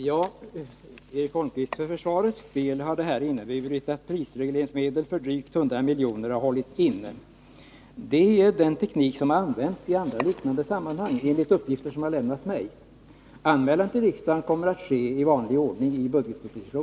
Herr talman! För försvarets del har detta inneburit att prisregleringsmedel för drygt 100 milj.kr. har hållits inne. Samma teknik har använts i andra liknande sammanhang enligt uppgifter som har lämnats mig. Anmälan till riksdagen kommer att göras i vanlig ordning i budgetpropo